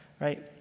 right